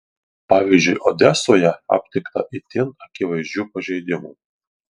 pavyzdžiui odesoje aptikta itin akivaizdžių pažeidimų